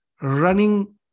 running